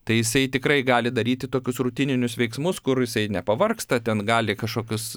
tai jisai tikrai gali daryti tokius rutininius veiksmus kur jisai nepavargsta ten gali kažkokius